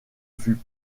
fut